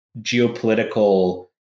geopolitical